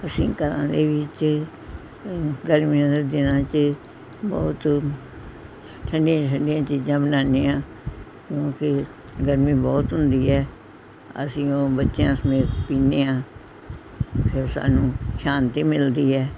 ਅਸੀਂ ਘਰਾਂ ਦੇ ਵਿੱਚ ਗਰਮੀਆਂ ਦੇ ਦਿਨਾਂ 'ਚ ਬਹੁਤ ਠੰਡੀਆਂ ਠੰਡੀਆਂ ਚੀਜ਼ਾਂ ਬਣਾਉਂਦੇ ਹਾਂ ਅਤੇ ਗਰਮੀ ਬਹੁਤ ਹੁੰਦੀ ਹੈ ਅਸੀਂ ਉਹ ਬੱਚਿਆਂ ਸਮੇਤ ਪੀਂਦੇ ਹਾਂ ਫਿਰ ਸਾਨੂੰ ਸ਼ਾਂਤੀ ਮਿਲਦੀ ਹੈ